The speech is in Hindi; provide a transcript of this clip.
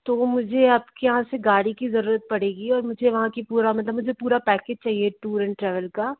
तो वो मुझे आप के यहाँ से गाड़ी की ज़रूरत पड़ेगी और मुझे वहाँ का पूरा मतलब मुझे पूरा पैकेट चाहिए टूर एंड ट्रैवल का